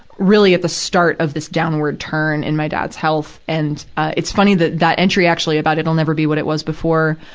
really at the start of this downward turn in my dad's health. and, it's funny that that entry, actually, about it will never be what it was before.